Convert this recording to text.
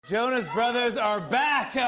jonas brothers are back. yeah